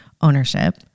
Ownership